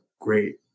great